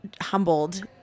humbled